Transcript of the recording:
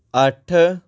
ਅੱਠ